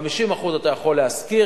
50% אתה יכול להשכיר,